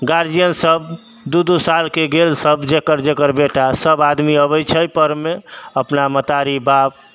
guardian सब दू दू सालके गेल सब जकर जकर बेटा सब आदमी अबै छै पर्वमे अपना महतारी बाप